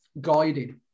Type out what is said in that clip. guided